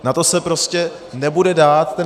Na to se prostě nebude dát ten...